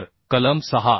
तर कलम 6